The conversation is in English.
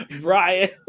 Brian